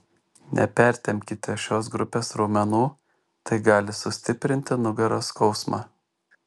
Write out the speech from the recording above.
nepertempkite šios grupės raumenų tai gali sustiprinti nugaros skausmą